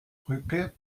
brücke